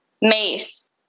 mace